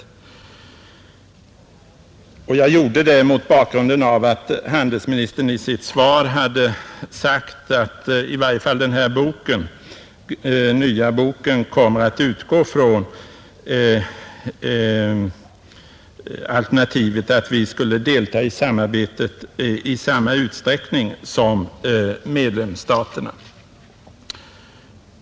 Jag efterlyste informationen mot bakgrunden av att handelsministem i sitt svar säger att den nya bok som är under arbete kommer att utgå från alternativet att vi skall delta i samarbetet i samma utsträckning som medlemsstaterna.